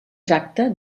tracta